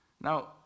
Now